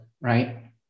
right